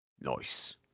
Nice